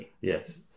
Yes